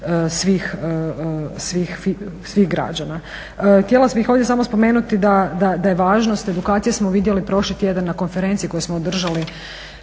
svih građana. Htjela bih ovdje samo spomenuti da je važnost edukacije smo vidjeli prošli tjedan na konferenciji koju smo održali